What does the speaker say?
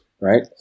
right